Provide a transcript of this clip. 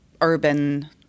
urban